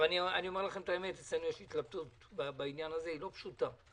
אני אומר לכם את האמת: אצלנו יש התלבטות לא פשוטה בעניין הזה.